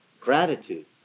gratitude